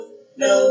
no